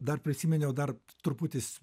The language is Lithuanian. dar prisiminiau dar truputis